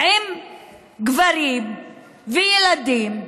עם גברים וילדים,